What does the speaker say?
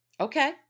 Okay